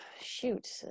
shoot